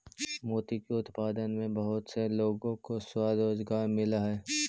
मोती के उत्पादन में बहुत से लोगों को स्वरोजगार मिलअ हई